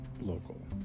local